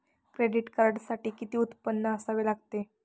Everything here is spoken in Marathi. क्रेडिट कार्डसाठी किती उत्पन्न असावे लागते?